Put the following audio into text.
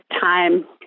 time